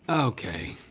okay.